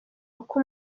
uko